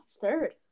third